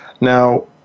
Now